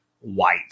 white